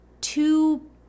two